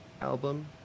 album